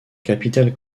capitale